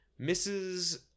Mrs